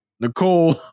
Nicole